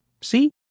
See